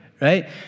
right